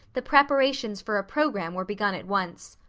the preparations for a program were begun at once.